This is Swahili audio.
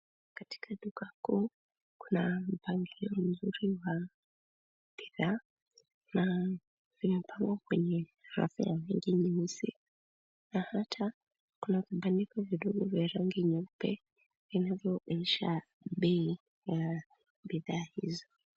Katika duka kuu, kuna mpangilio mzuri wa bidhaa na vimepangwa kwenye rafu ya rangi nyeusi, na hata kuna vibaniko vidogo vya rangi nyeupe vinavyoonyesha bei ya bidhaa hizo.